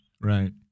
right